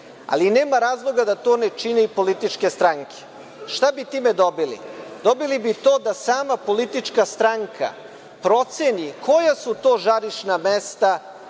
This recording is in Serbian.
Ali nema razloga da to ne čine i političke stranke. Šta bi time dobili? Dobili bi to da sama politička stranka proceni koja su to žarišna mesta